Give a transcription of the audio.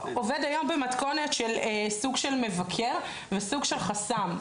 עובד היום במתכונת של סוג של מבקר וסוג של חסם.